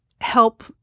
help